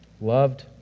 loved